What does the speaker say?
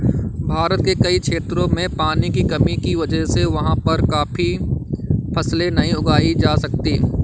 भारत के कई क्षेत्रों में पानी की कमी की वजह से वहाँ पर काफी फसलें नहीं उगाई जा सकती